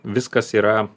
viskas yra